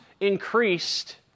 increased